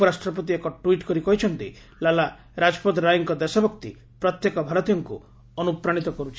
ଉପରାଷ୍ଟ୍ରପତି ଏକ ଟ୍ୱିଟ୍ କରି କହିଛନ୍ତି ଲାଲା ରାଜପଥ ରାୟଙ୍କ ଦେଶଭକ୍ତି ପ୍ରତ୍ୟେକ ଭାରତୀୟଙ୍କୁ ଅନୁପ୍ରାଣୀତ କରୁଛି